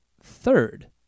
third